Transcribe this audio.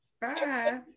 Bye